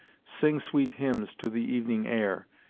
sing sweet hymns to the evening air,